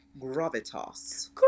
gravitas